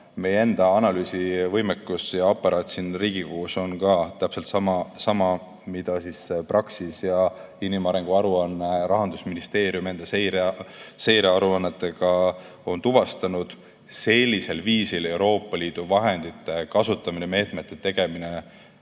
meie enda analüüsivõimekus ja aparaat siin Riigikogus on ka täpselt sama, mida Praxis ja inimarengu aruanne Rahandusministeeriumi enda seirearuannetega on tuvastanud. Sellisel viisil Euroopa Liidu vahendite kasutamine ja meetmete tegemine